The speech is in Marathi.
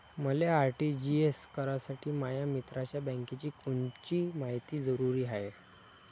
मले आर.टी.जी.एस करासाठी माया मित्राच्या बँकेची कोनची मायती जरुरी हाय?